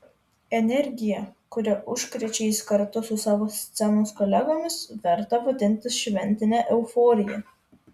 energija kuria užkrečia jis kartu su savo scenos kolegomis verta vadintis šventine euforija